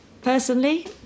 Personally